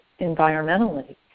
environmentally